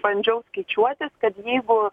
bandžiau skaičiuotis kad jeigu